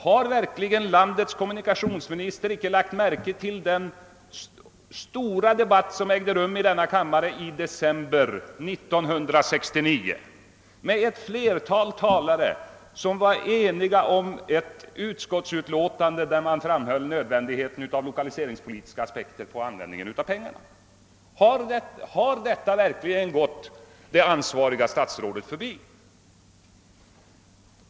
Har verkligen landets kommunikationsminister inte lagt märke till den stora debatt som ägde rum i december 1969? Riksdagen tog enhälligt ett utskottsutlåtande, i vilket man framhöll nödvändigheten av lokaliseringspolitiska aspekter på användningen av vägpengarna. Har detta verkligen gått det ansvariga statsrådet förbi?